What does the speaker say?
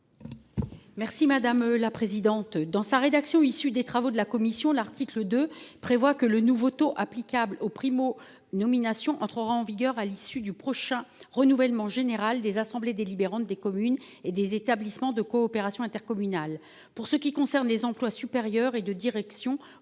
Merci madame la présidente, dans sa rédaction issue des travaux de la commission, l'article 2 prévoit que le nouveau taux applicable aux primo-nomination entrera en vigueur à l'issue du prochain renouvellement général des assemblées délibérantes des communes et des établissements de coopération intercommunale pour ce qui concerne les emplois supérieurs et de direction